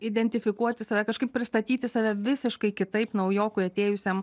identifikuoti save kažkaip pristatyti save visiškai kitaip naujokui atėjusiam